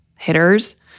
hitters